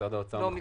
משרד האוצר כמובן